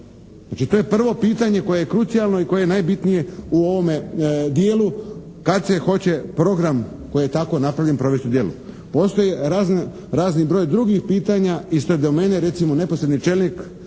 Znači, to je prvo pitanje koje je krucijalno i koje je najbitnije u ovome dijelu kad se hoće program koji je tako napravljen provesti u djelo. Postoji razni broj drugih pitanja iz te domene, recimo neposredni čelnik